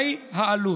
מהי העלות?